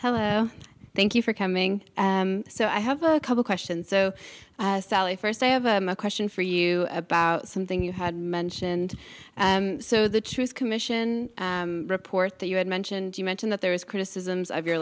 hello thank you for coming so i have a couple questions so sally first day of them a question for you about something you had mentioned so the truth commission report that you had mentioned you mention that there is criticisms of your